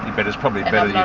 but it's probably better yeah